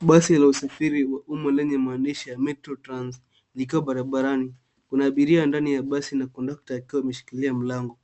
Basi la usafiri humu lenye maandishi ya ya Metro Trans likiwa barabarani. Kuna abiria ndani ya gari na kondakta akiwa ameshikilia mlango.